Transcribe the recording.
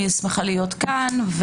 אני שמחה להיות כאן.